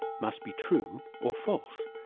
must be true or false.